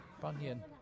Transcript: Bunyan